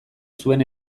zuen